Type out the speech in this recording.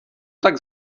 tak